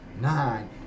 Nine